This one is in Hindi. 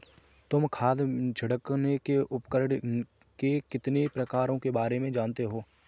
तुम खाद छिड़कने के उपकरण के कितने प्रकारों के बारे में जानते हो?